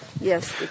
Yes